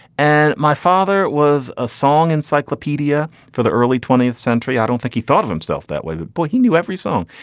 and my father was a song encyclopedia for the early twentieth century i don't think he thought of himself that way but he knew every song.